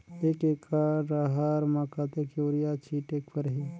एक एकड रहर म कतेक युरिया छीटेक परही?